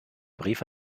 brief